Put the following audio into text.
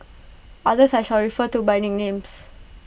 others I shall refer to by nicknames